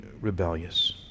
rebellious